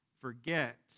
Forget